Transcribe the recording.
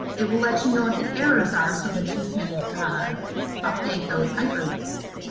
it will let you know what the errors are so that you can update those hyperlinks.